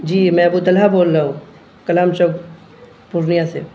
جی میں ابوطلحہ بول رہا ہوں کلام شاپ پورنیہ سے